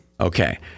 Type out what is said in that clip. Okay